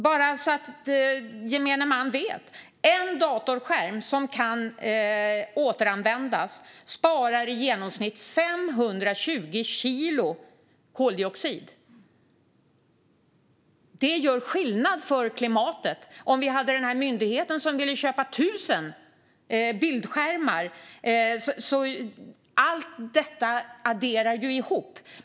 Bara så att gemene man vet: En datorskärm som kan återanvändas sparar i genomsnitt 520 kilo koldioxid. Det gör skillnad för klimatet. Vi hade en myndighet som ville köpa 1 000 bildskärmar. Allt detta adderar ihop.